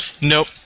Nope